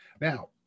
Now